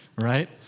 right